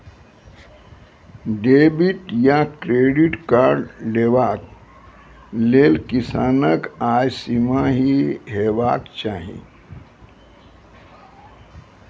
Debit या credit card लेवाक लेल किसानक आय सीमा की हेवाक चाही?